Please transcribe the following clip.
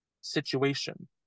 situation